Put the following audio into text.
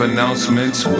Announcements